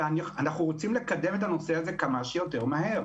אנחנו רוצים לקדם את הנושא הזה כמה שיותר מהר.